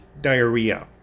diarrhea